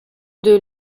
deux